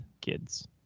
kids